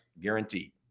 guaranteed